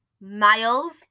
Miles